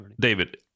David